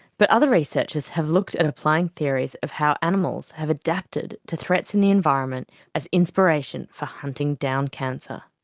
but other researchers have looked at applying theories of how animals have adapted to threats in the environment as inspiration for hunting down cancer.